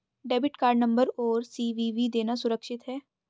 Debit card number और CVV देना सुरक्षित है?